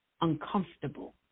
uncomfortable